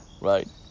right